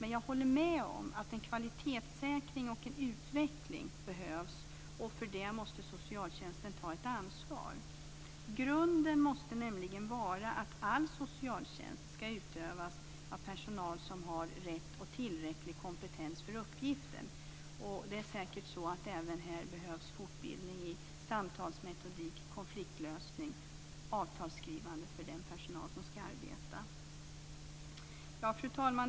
Men jag håller med om att en kvalitetssäkring och en utveckling behövs. För detta måste socialtjänsten ta ett ansvar. Grunden måste nämligen vara att all socialtjänst ska utövas av personal som har rätt och tillräcklig kompetens för uppgiften. Det behövs säkert även här fortbildning i samtalsmetodik, konfliktlösning och avtalsskrivande för den personal som ska arbeta med frågorna. Fru talman!